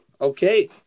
okay